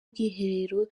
ubwiherero